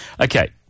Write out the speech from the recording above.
Okay